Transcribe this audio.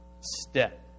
step